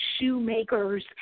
shoemakers